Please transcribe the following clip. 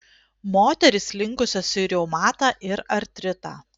moterys linkusios į reumatą ir artritą